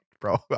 bro